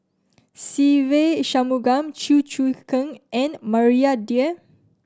Se Ve Shanmugam Chew Choo Keng and Maria Dyer